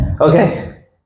Okay